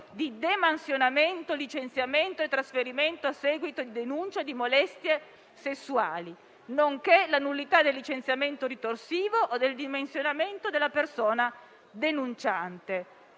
di demansionamento, licenziamento e trasferimento a seguito di denuncia di molestie sessuali, nonché la nullità del licenziamento ritorsivo o del demansionamento della persona denunciante,